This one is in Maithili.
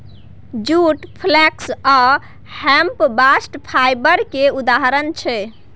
जुट, फ्लेक्स आ हेम्प बास्ट फाइबर केर उदाहरण छै